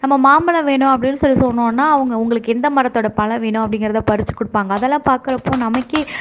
நம்ம மாம்பழம் வேணும் அப்படின்னு சொல்லி சொன்னோன்னால் அவங்க உங்களுக்கு எந்த மரத்தோடய பழம் வேணும் அப்படிங்கிறத பறித்து கொடுப்பாங்க அதெல்லாம் பார்க்குறப்ப நமக்கே